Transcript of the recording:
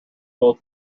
will